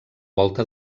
volta